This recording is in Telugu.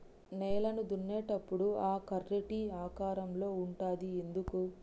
నేలను దున్నేటప్పుడు ఆ కర్ర టీ ఆకారం లో ఉంటది ఎందుకు?